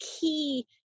key